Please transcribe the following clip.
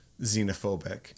xenophobic